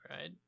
right